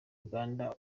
uganda